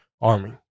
army